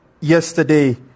Yesterday